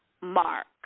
mark